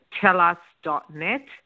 tellus.net